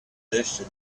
tradition